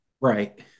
Right